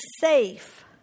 safe